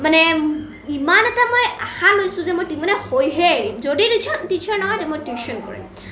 মানে ইমান এটা মই আশা লৈছোঁ যে মানে হৈহে এৰিম যদি টিছাৰ নহয় তেনে মই টিউচন কৰিম